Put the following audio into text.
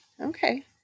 Okay